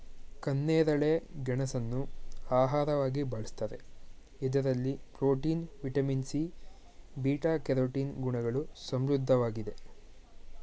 ಕೆನ್ನೇರಳೆ ಗೆಣಸನ್ನು ಆಹಾರವಾಗಿ ಬಳ್ಸತ್ತರೆ ಇದರಲ್ಲಿ protein, vitamin C, beta carotene ಗುಣಗಳು ಸಮೃದ್ಧವಾಗಿದೆ